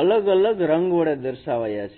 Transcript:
અલગ અલગ રંગ વડે દર્શાવાયા છે